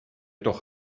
doch